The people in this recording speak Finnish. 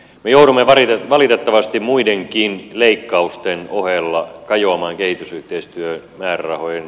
me joudumme valitettavasti muidenkin leikkausten ohella kajoamaan kehitysyhteistyömäärärahoihin